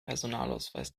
personalausweis